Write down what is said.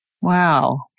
Wow